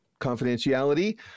confidentiality